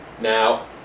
Now